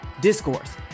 Discourse